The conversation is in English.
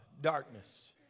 darkness